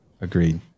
Agreed